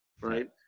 Right